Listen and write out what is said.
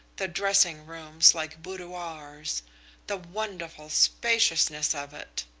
the dressing rooms like boudoirs the wonderful spaciousness of it!